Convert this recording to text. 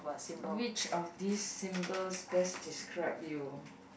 which of these symbols best describe you